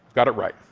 got it right.